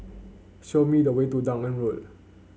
show me the way to Dunearn Road